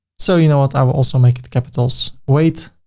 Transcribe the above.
so, you know what, i will also make it the capitals. weight,